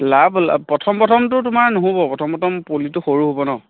লাভ লা প্ৰথম প্ৰথমটো তোমাৰ নহ'ব প্ৰথম প্ৰথম পুলিটো সৰু হ'ব ন